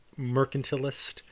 mercantilist